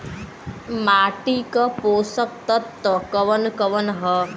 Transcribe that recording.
माटी क पोषक तत्व कवन कवन ह?